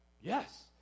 yes